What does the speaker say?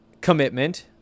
commitment